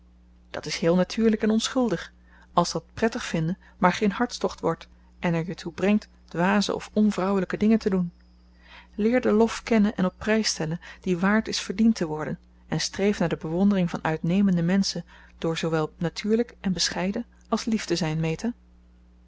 dat is heel natuurlijk en onschuldig als dat prettig vinden maar geen hartstocht wordt en er je toe brengt dwaze of onvrouwelijke dingen te doen leer den lof kennen en op prijs stellen die waard is verdiend te worden en streef naar de bewondering van uitnemende menschen door zoowel natuurlijk en bescheiden als lief te zijn meta